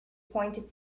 pointed